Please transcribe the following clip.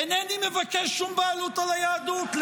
אינני מבקש שום בעלות על היהדות.